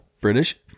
British